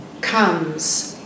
comes